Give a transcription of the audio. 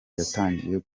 yatangiye